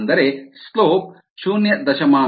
ಅಂದರೆ ಸ್ಲೋಪ್ 0